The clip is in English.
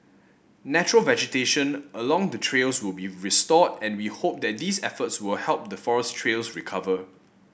natural vegetation along the trails will be restored and we hope that these efforts will help the forest trails recover